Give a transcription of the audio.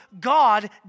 God